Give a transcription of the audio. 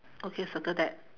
okay circle that